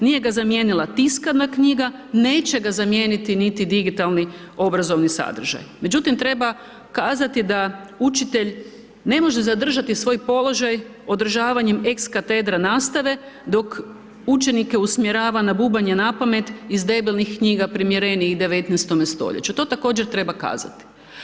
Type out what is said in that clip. Nije ga zamijenila tiskana knjiga, neće ga zamijeniti niti digitalni obrazovni sadržaj međutim treba kazati da učitelj ne može zadržati svoj položaj održavanjem ex katedra nastave dok učenike usmjerava na bubanje napamet iz debelih knjiga primjerenijih 19 st., to također treba kazat.